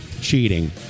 cheating